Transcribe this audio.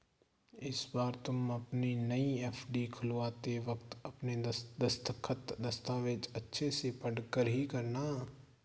इस बार तुम अपनी नई एफ.डी खुलवाते वक्त अपने दस्तखत, दस्तावेज़ अच्छे से पढ़कर ही करना